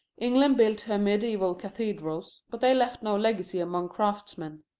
england built her mediaeval cathedrals, but they left no legacy among craftsmen.